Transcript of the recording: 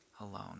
alone